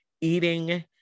eating